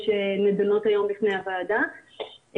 שחברי הוועדה יתייחסו,